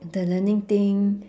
the learning thing